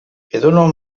edonon